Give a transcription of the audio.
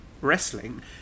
wrestling